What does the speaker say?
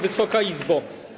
Wysoka Izbo!